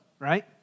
right